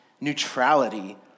neutrality